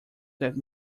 that